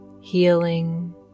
healing